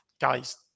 guys